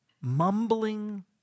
mumbling